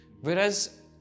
Whereas